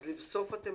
אז לבסוף אתם